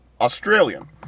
Australian